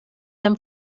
them